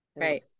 Right